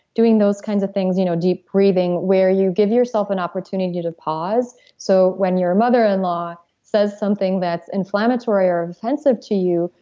doing those kinds of things, you know deep breathing where you give yourself an opportunity to pause. so when your mother-in-law says something that's inflammatory or offensive to you,